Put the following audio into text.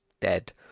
dead